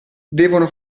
devono